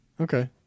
Okay